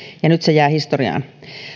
ja nyt se jää historiaan